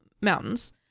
Mountains